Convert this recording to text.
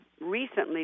recently